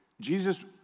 Jesus